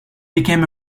became